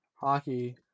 hockey